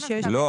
לא.